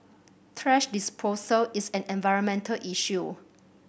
thrash disposal is an environmental issue